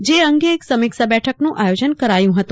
જે અંગે એક સમીક્ષા બેઠકનું આયોજન કરાયું છે